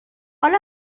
حالا